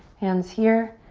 hands here,